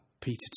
peter